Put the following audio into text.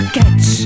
catch